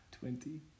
Twenty